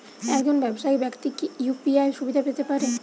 একজন ব্যাবসায়িক ব্যাক্তি কি ইউ.পি.আই সুবিধা পেতে পারে?